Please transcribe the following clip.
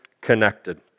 connected